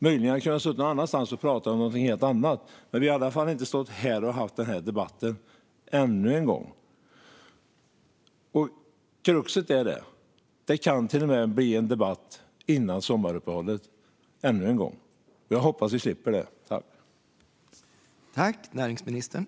Möjligen hade vi kunnat stå någon annanstans och prata om någonting helt annat, men vi hade i alla fall inte stått här och haft den här debatten ännu en gång. Kruxet är att det till och med kan bli ännu en debatt före sommaruppehållet. Men jag hoppas att vi slipper det.